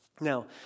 Now